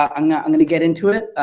um and i'm gonna get into it,